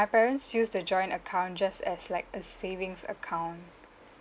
parents use the joint account just as like a savings account